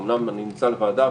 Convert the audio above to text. אני נמצא בוועדה,